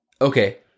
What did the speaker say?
okay